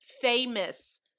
famous